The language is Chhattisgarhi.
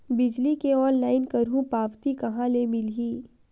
बिजली के ऑनलाइन करहु पावती कहां ले मिलही?